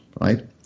right